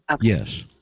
Yes